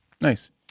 nice